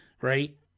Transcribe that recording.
right